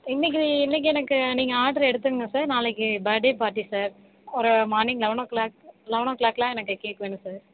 இன்னக்கு இன்னக்கு எனக்கு நீங்கள் ஆர்டர் எடுத்துக்குங்க சார் நாளைக்கு பர் டே பார்ட்டி சார் ஒரு morning eleven o'clock eleven ஓ கிளாக்லாம் எனக்கு கேக் வேணும் சார்